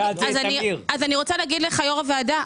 יו"ר הוועדה,